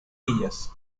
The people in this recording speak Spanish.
villas